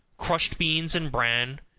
crushed beans, and bran,